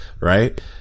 Right